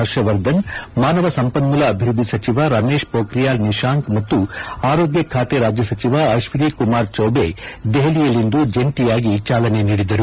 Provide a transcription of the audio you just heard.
ಪರ್ಷವರ್ಧನ್ ಮಾನವ ಸಂಪನ್ಮೂಲ ಅಭಿವೃದ್ಧಿಸಚಿವ ರಮೇಶ್ ಮೋಬ್ರಿಯಾಲ್ ನಿಶಾಂಕ್ ಮತ್ತು ಆರೋಗ್ಯ ಖಾತೆ ರಾಜ್ಯ ಸಚಿವ ಅಶ್ವಿನಿ ಕುಮಾರ್ ಚೌಬೆ ದೆಹಲಿಯಲ್ಲಿಂದು ಜಂಟಿಯಾಗಿ ಚಾಲನೆ ನೀಡಿದರು